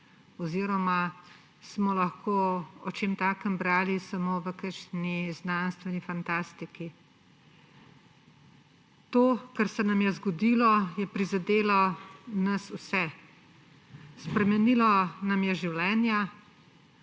oziroma smo lahko o čem takem brali samo v kakšni znanstveni fantastiki. To, kar se nam je zgodilo, je prizadelo nas vse. Spremenilo nam je življenja,